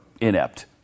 inept